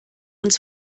uns